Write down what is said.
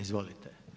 Izvolite.